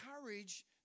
courage